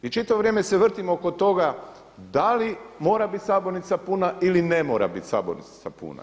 I čitavo vrijeme se vrtimo oko toga da li mora biti sabornica puna ili ne mora biti sabornica puna.